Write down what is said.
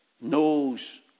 knows